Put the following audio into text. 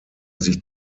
sich